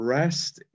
rest